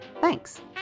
Thanks